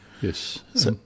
Yes